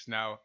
Now